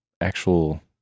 actual